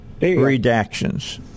redactions